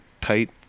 tight